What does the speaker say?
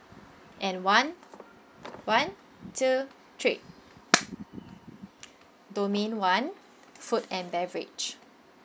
and one one two three domain one food and beverage